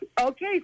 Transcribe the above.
okay